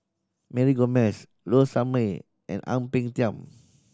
Mary Gomes Low Sanmay and Ang Peng Tiam